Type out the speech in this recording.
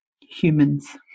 humans